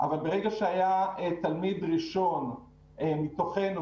אבל ברגע שהיה תלמיד ראשון מתוכנו,